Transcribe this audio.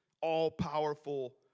All-powerful